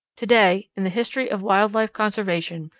to-day, in the history of wild-life conservation,